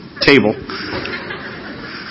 table